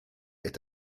est